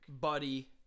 Buddy